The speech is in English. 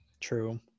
true